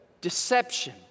deception